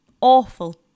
Awful